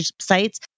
sites